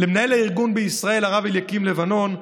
ולמנהל הארגון בישראל הרב אליקים לבנון,